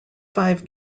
five